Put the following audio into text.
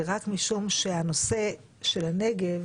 זה רק משום שהנושא של הנגב